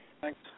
thanks